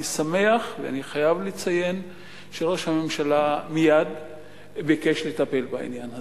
אני שמח וחייב לציין שראש הממשלה מייד ביקש לטפל בעניין הזה.